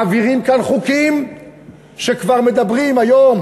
מעבירים כאן חוקים שכבר מדברים היום,